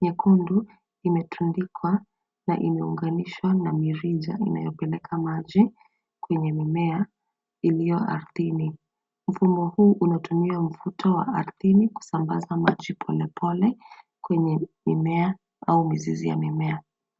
nyekundu imetundikwa na imeunganishwa na mirija inayopeleka maji kwenye mimea iliyo ardhini. Mfumo huu unatumia mvuto wa ardhini kusambaza maji polepole kwenye mimea au mizizi ya mimea.